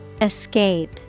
Escape